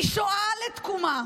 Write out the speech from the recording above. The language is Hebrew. משואה לתקומה,